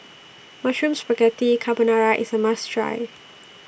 Mushroom Spaghetti Carbonara IS A must Try